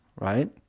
right